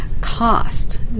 cost